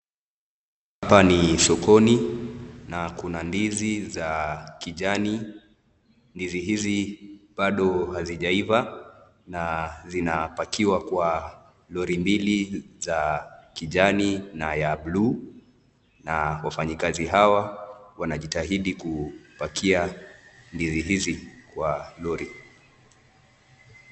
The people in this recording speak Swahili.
Hapa ni sokoni na kuna ndizi za kijani, ndizi hizi Bado hazijaiva na zinapakiwa kwa Lori mbili za kijani na ya blue ,na wafanyi kazi hawa wanajitahidi kupakia ndizi hizi kwa Lori.